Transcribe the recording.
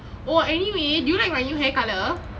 oh anyway do you like my new hair colour